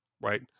right